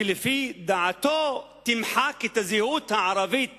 שלפי דעתו תמחק את הזהות הערבית